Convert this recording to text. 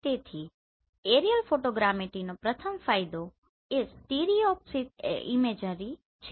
તેથી એરિયલ ફોટોગ્રામેટ્રીનો પ્રથમ ફાયદો એ સ્ટીરિઓસ્કોપિક ઈમેજરી છે